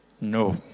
No